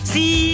See